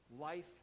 life